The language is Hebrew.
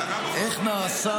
איך נעשה